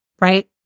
right